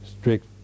strict